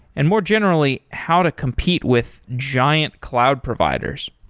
and more generally how to compete with giant cloud providers.